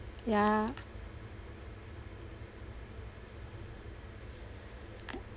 yeah